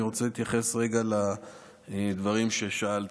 אני רוצה להתייחס רגע לדברים ששאלת.